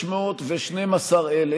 ה-3,612,000,